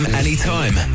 anytime